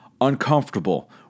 uncomfortable